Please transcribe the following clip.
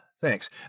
Thanks